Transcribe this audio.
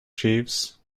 jeeves